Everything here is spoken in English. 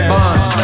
Bonds